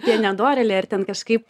tie nedorėliai ar ten kažkaip